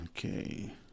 Okay